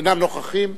אינם נוכחים.